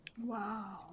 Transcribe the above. Wow